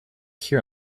here